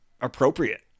appropriate